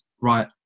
right